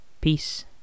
Peace